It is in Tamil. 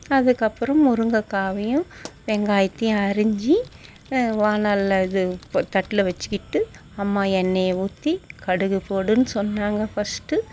அதுக்கப்பறம் முருங்கைக்காவையும் வெங்காயத்தையும் அரிஞ்சு வாணலில் இது உப்பு தட்டில் வச்சுக்கிட்டு அம்மா எண்ணெயை ஊற்றி கடுகு போடுன்னு சொன்னாங்க ஃபஸ்ட்டு